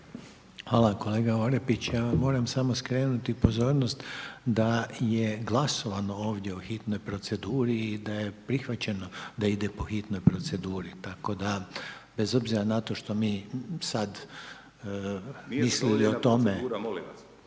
vam kolega Orepić, ja vam moram samo skrenuti pozornost da je glasovano ovdje o hitnoj proceduri i da je prihvaćeno da ide po hitnoj proceduri, tako da bez obzira na to što mi sad, mislili o tome